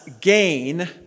gain